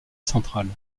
centrale